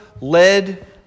led